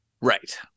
Right